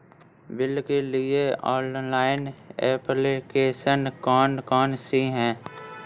Bill के लिए online application कौन कौन सी हैं?